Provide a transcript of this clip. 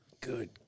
Good